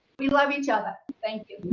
we love each other, thank you